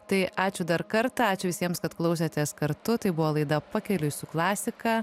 tai ačiū dar kartą ačiū visiems kad klausėtės kartu tai buvo laida pakeliui su klasika